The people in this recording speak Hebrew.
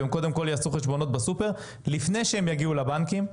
והם קודם כל יעשו חשבונות בסופר לפני שהם יגיעו לבנקים.